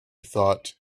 thought